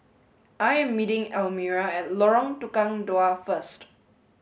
I am meeting Elmira at Lorong Tukang Dua first